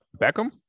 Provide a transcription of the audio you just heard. Beckham